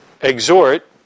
exhort